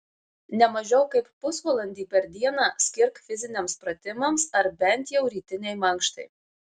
ne mažiau kaip pusvalandį per dieną skirk fiziniams pratimams ar bent jau rytinei mankštai